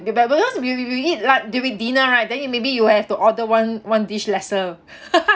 the pepper lunch you you eat like during dinner right then you maybe you have to order one one dish lesser